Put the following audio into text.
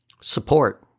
support